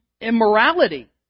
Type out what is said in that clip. immorality